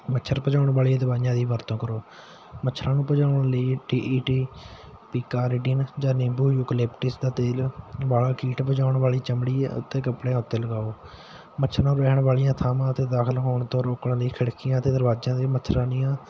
ਮੱਛਰ ਭਜਾਉਣ ਵਾਲੀਆਂ ਦਵਾਈਆਂ ਦੀ ਵਰਤੋਂ ਕਰੋ ਮੱਛਰਾਂ ਨੂੰ ਭਜਾਉਣ ਲਈ ਟੀ ਈ ਟੀ ਪੀਕਾਰਡੀਨ ਜਾਂ ਨਿੰਬੂ ਯੂਕਲਿਪਟਿਸ ਦਾ ਤੇਲ ਬਾਲਕੀਟ ਵਜਾਉਣ ਵਾਲੀ ਚਮੜੀ ਅਤੇ ਕੱਪੜਿਆਂ ਉੱਤੇ ਲਗਾਓ ਮੱਛਰਾਂ ਨੂੰ ਰਹਿਣ ਵਾਲੀਆਂ ਥਾਵਾਂ 'ਤੇ ਦਾਖਲ ਹੋਣ ਤੋਂ ਰੋਕਣ ਲਈ ਖਿੜਕੀਆਂ ਅਤੇ ਦਰਵਾਜ਼ਿਆਂ 'ਤੇ ਮੱਛਰਦਾਨੀਆਂ